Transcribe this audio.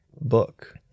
book